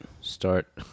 Start